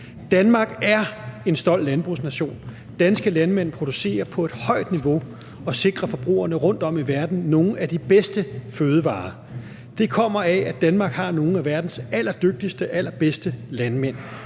Danmark er en stolt landbrugsnation, danske landmænd producerer på et højt niveau og sikrer forbrugerne rundt om i verden nogle af de bedste fødevarer. Det kommer af, at Danmark har nogle af verdens allerdygtigste og allerbedste landmænd,